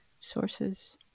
sources